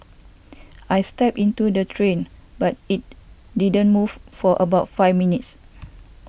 I stepped into the train but it didn't move for about five minutes